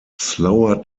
slower